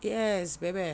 yes baby